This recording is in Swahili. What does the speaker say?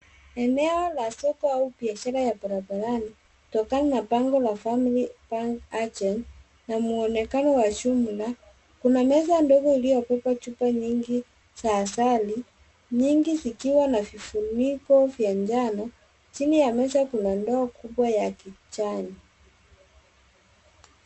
Eneo la soko au biashara ya barabarani kutokana na bango la family bank agent na muonekano wa shughuli kuna meza ndogo iliyobeba chupa nyingi za asali nyingi zikiwa na vifuniko vya njano chini ya meza kuna ndoo kubwa ya kijani.